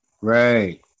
right